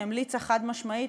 שהמליצה חד-משמעית,